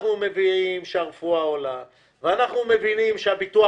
אנחנו מבינים שהרפואה עולה ואנחנו מבינים שהביטוח